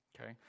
Okay